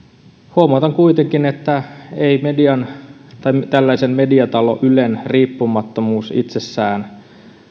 huomautan kuitenkin että ei tällaisen mediatalo ylen riippumattomuus itsessään